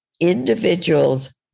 individuals